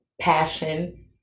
passion